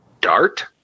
Dart